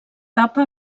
papa